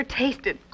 tasted